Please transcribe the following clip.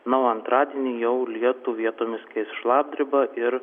na o antradienį jau lietų vietomis keis šlapdriba ir